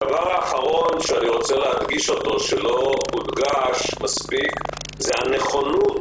הדבר האחרון שאני רוצה להדגיש ושלא הודגש מספיק הוא הנכונות